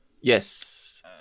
Yes